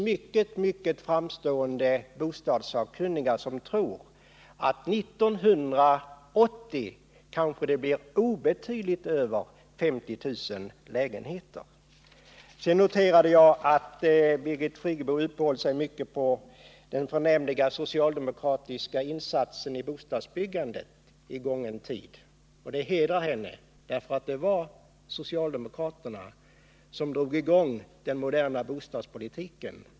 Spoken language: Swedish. Mycket framstående bostadssakkunniga tror att bostadsproduktionen 1980 obetydligt överstiger 50 000 lägenheter. Jag noterade att Birgit Friggebo uppehöll sig mycket vid den förnämliga socialdemokratiska insatsen i bostadsbyggandet under gången tid. Det hedrar henne. Det var socialdemokraterna som drog i gång den moderna bostadspolitiken.